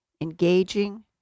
engaging